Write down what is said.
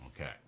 Okay